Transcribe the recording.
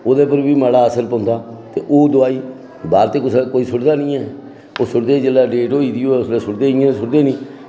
ते ओह्दे उप्पर बी माड़ा असर पौंदा ते होर कोई भारत दे बिना कोई सुविधा निं ऐ जेह्ड़ी डेट होई दी होऐ ते उसलै सुविधा निं ऐ सुविधा